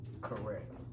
Correct